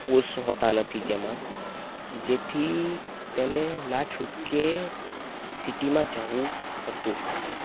course હોતા નથી જેમાં જેથી તેને ના છૂટકે સિટિમાં જવું પડતું જ હોય છે